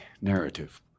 narrative